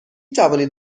توانید